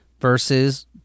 versus